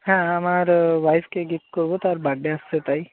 হ্যাঁ আমার ওয়াইফকে গিফট করব তার বার্থডে আসছে তাই